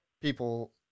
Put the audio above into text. people